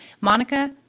Monica